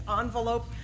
envelope